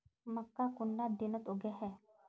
मक्का कुंडा दिनोत उगैहे?